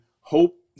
hope